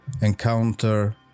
Encounter